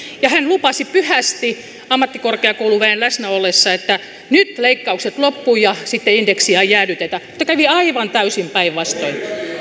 ja hän lupasi pyhästi ammattikorkeakouluväen läsnä ollessa että nyt leikkaukset loppuvat ja sitten indeksiä ei jäädytetä mutta kävi aivan täysin päinvastoin